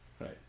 right